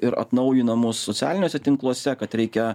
ir atnaujinamus socialiniuose tinkluose kad reikia